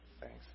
Thanks